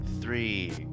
three